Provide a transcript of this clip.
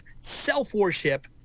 self-worship